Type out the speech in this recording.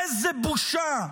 איזו בושה.